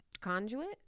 conduit